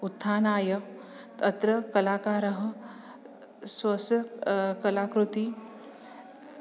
उत्थानाय अत्र कलाकारः स्वस्य कलाकृतिं